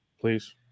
Please